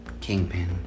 Kingpin